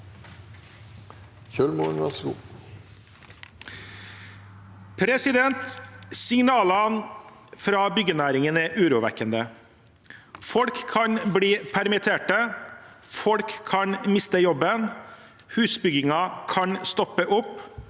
Signalene fra byggenæringen er urovekkende. Folk kan bli permittert, folk kan miste jobben, husbyggingen kan stoppe opp,